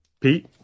Pete